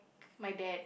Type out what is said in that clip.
my dad